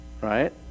Right